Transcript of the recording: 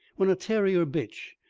when a terrier bitch,